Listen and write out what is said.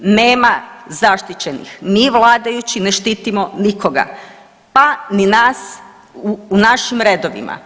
Nema zaštićenih, mi vladajući ne štitimo nikoga, pa ni nas u našim redovima.